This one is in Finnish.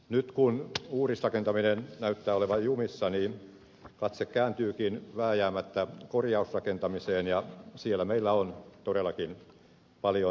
nyt kun uudisrakentaminen näyttää olevan jumissa katse kääntyykin vääjäämättä korjausrakentamiseen ja siellä meillä on todellakin paljon tarvetta